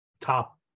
top